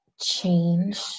change